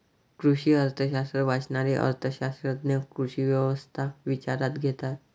कृषी अर्थशास्त्र वाचणारे अर्थ शास्त्रज्ञ कृषी व्यवस्था विचारात घेतात